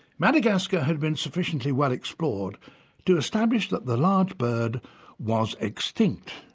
madagascar had been sufficiently well explored to establish that the large bird was extinct.